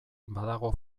badago